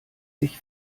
sich